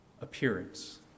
appearance